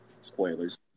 Spoilers